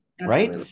Right